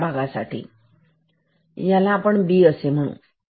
आता या भागासाठी याला आपण B असे म्हणू